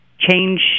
Change